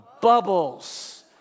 bubbles